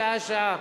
שעה-שעה,